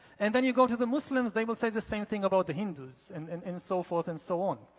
and then you go to the muslims, they will say the same thing about the hindus and and and so forth and so on.